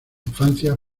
infancia